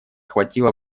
хватило